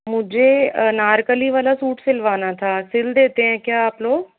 मुझे अनारकली वाला सूट सिलवाना था सिल देते हैं क्या आप लोग